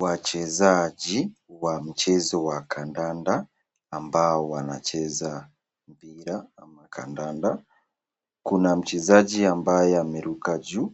Wachezaji wa mchezo wa kadada ambao wanacheza mpira ama kandanda. Kuna mchezaji ambaye ameruka juu.